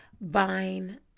vine